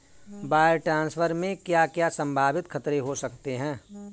Wire transfer में क्या क्या संभावित खतरे हो सकते हैं?